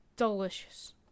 delicious